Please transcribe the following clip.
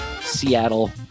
Seattle